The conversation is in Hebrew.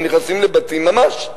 הם נכנסים לבתים ממש,